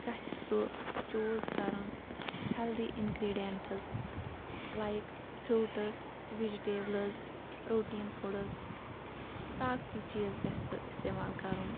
گَژھِ سُہ چوٗز کَرُن healthy ingredients like fruits vegetables protein foods طاقتی چیٖز گَژھِ سُہ اِستمال کَرُن